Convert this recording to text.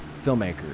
filmmaker